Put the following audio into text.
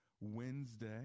Wednesday